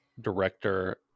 director